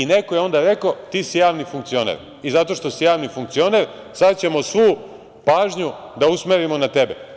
I neko je onda rekao – ti si javni funkcioneri i zato što si javni funkcioner sada ćemo svu pažnju da usmerimo na tebe.